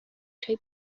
trwy